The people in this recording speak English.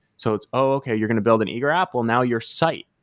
so it's, oh, okay. you're going to build an eager app? well, now your site,